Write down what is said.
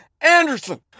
Anderson